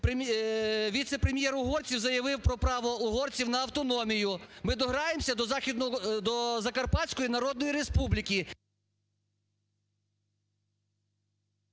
віце-прем'єр угорців заявив про право угорців на автономію. Ми дограємося до закарпатської народної республіки.